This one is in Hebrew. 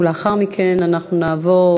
ולאחר מכן אנחנו נעבור,